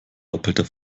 doppelter